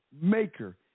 maker